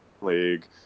league